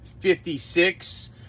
56